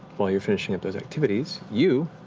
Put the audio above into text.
while you're finishing up those activities, you,